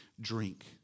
drink